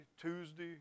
Tuesday